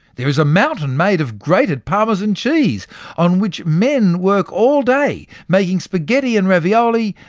there is a mountain made of grated parmesan cheese on which men work all day making spaghetti and ravioli,